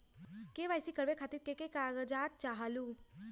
KYC करवे खातीर के के कागजात चाहलु?